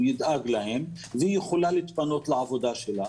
שהוא ידאג להם והיא תוכל להתפנות לעבודה שלה,